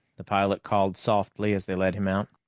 the pilot called softly as they led him out.